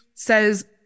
says